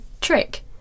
trick